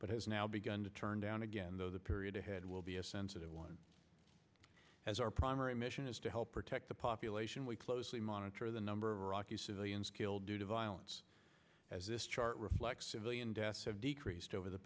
but has now begun to turn down again though the period ahead will be a sensitive one as our primary mission is to help protect the population we closely monitor the number of iraqi civilians killed due to violence as this chart reflexive million deaths have decreased over the